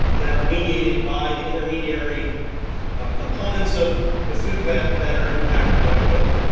that are mediated by the intermediary components of the food web that are impacted by oil.